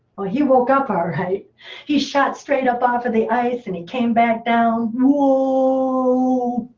well, he woke up ah alright. he shot straight up off of the ice, and he came back down. whoa!